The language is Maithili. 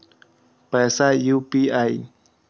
पैसा यू.पी.आई?